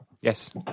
Yes